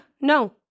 No